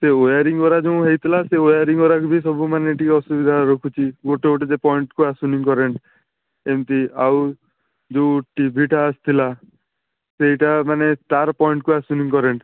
ସେ ୱାରିଙ୍ଗ ଗୁଡ଼ା ଯେଉଁ ହେଇଥିଲା ସେ ୱାରିଙ୍ଗ ଗୁଡ଼ା ବି ସବୁମାନେ ଟିକେ ଅସୁବିଧା ରଖୁଛି ଗୋଟେ ଗୋଟେ ପଏଣ୍ଟ ମାନେ ଆସୁନି କରେଣ୍ଟ ଏମିତି ଆଉ ଯେଉଁ ଟିଭିଟା ଆସିଥିଲା ସେଇଟା ମାନେ ତା'ର ପଏଣ୍ଟକୁ ଆସୁନି କରେଣ୍ଟ